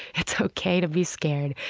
it's ok to be scared,